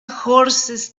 horses